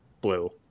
blue